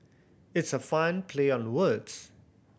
it's a fun play on words